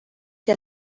que